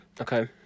Okay